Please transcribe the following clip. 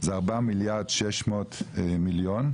זה 4 מיליארד ו-600 מיליון.